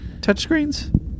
touchscreens